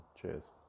Cheers